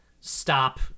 stop